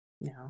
no